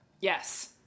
Yes